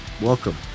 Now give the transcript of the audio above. welcome